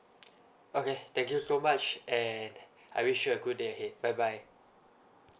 okay thank you so much and I wish you a good day ahead bye bye